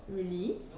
really